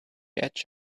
edge